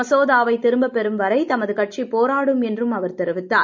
மசோதாவை திரும்பப் பெறும் வரை தமது கட்சி போராடும் என்றும் அவர் தெரிவித்தார்